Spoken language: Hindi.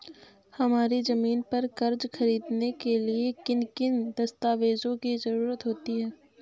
हमारी ज़मीन पर कर्ज ख़रीदने के लिए किन किन दस्तावेजों की जरूरत होती है?